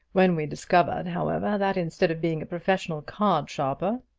when we discovered, however, that, instead of being a professional card sharper,